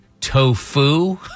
tofu